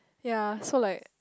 yea so like